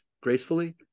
gracefully